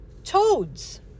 Toads